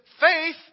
faith